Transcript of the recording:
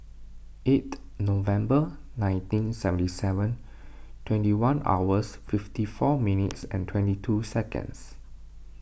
eighth November nineteen seventy seven twenty one hours fifty four minutes twenty two seconds